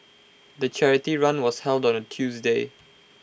the charity run was held on A Tuesday